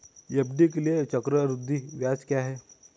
FD के लिए चक्रवृद्धि ब्याज क्या है?